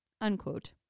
Unquote